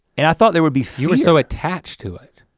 and i thought there would be few. and so attached to it.